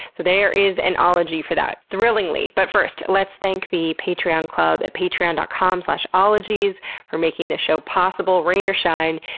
there is an ology for that, thrillingly. but first, let's thank the patreon club at patreon dot com slash ologies for making the show possible, rain or shine,